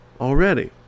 already